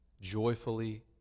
joyfully